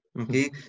okay